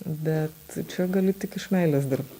bet čia gali tik iš meilės dirbt